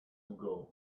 ago